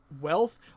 wealth